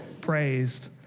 praised